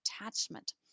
attachment